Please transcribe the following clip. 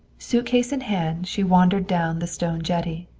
suitcase in hand she wandered down the stone jetty.